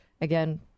Again